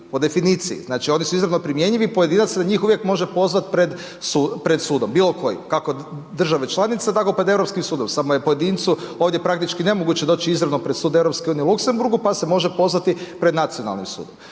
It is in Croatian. po definiciji. Znači, oni su izravno primjenjivi, pojedinac se na njih uvijek može pozvati pred sudom bilo kojim kako države članice, tako pred Europskim sudom. Samo je pojedincu ovdje praktički nemoguće doći izravno pred sud Europske unije u Luxembourgu, pa se može pozvati pred nacionalnim sudom.